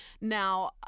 Now